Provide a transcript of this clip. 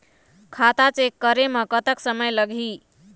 खाता चेक करे म कतक समय लगही?